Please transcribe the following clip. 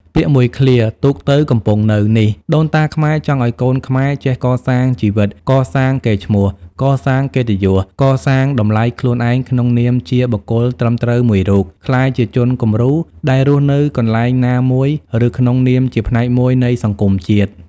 ពាក្យមួយឃ្លា ទូកទៅ កំពង់នៅ នេះ ដូនតាខ្មែរចង់ឲ្យកូនខ្មែរ ចេះកសាងជីវិត កសាងកេរ្តិ៍ឈ្មោះ កសាងកិត្តយស កសាងតម្លៃខ្លួនឯងក្នុងនាមជាបុគ្គលត្រឹមត្រូវមួយរូប ក្លាយជាជនគំរូ ដែលរស់នៅកន្លែងណាមួយ ឬក្នុងនាមជាផ្នែកមួយនៃសង្គមជាតិ។